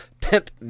pimp